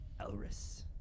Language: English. Elris